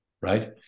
right